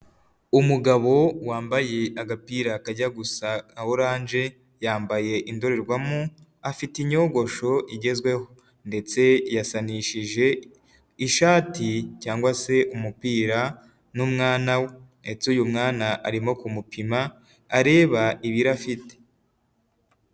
Umugabo wambaye agapira akajya gusa nka orange, yambaye indorerwamo afite inyogosho igezweho ndetse yasanishije ishati cyangwa se umupira n'umwana we ndetse uyu mwana arimo kumukina areba ibiro afite.